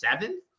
seven